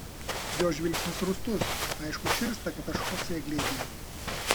jo žvilgsnis rūstus aišku širsta kad aš chosė glėbyje